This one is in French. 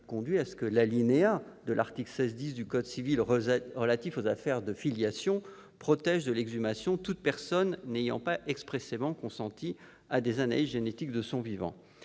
conduit à ce que l'alinéa de l'article 16-10 du code civil relatif aux affaires de filiation protège de l'exhumation toute personne n'ayant pas expressément consenti à des analyses génétiques de son vivant.